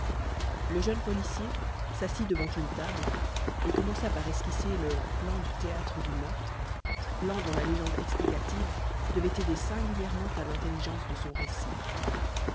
le jeune policier s'assit devant une table et commença par esquisser le plan du théâtre du meurtre plan dont la légende explicative devait aider singulièrement à l'intelligence de son récit